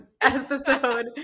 episode